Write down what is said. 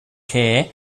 care